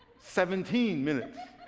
seventeen minutes,